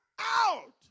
out